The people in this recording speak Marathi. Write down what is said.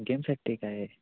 गेमसाठी काय आहे